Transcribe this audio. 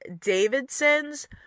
Davidson's